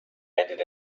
ended